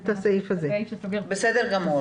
בסדר.